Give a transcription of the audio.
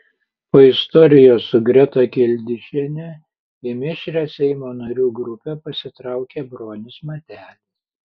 po istorijos su greta kildišiene į mišrią seimo narių grupę pasitraukė bronius matelis